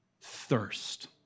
thirst